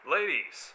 Ladies